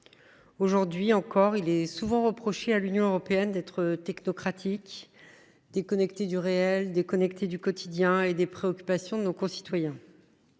Aujourd’hui encore, il est souvent reproché à l’Union européenne d’être technocratique, voire déconnectée du réel, du quotidien et des préoccupations de nos concitoyens.